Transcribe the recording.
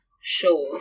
show